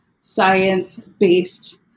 science-based